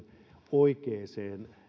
oikeaan